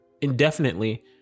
indefinitely